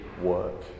work